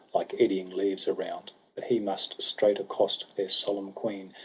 like eddying leaves, around but he must straight accost their solemn queen.